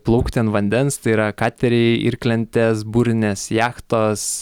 plaukti ant vandens tai yra kateriai irklentės burinės jachtos